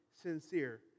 sincere